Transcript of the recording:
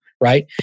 right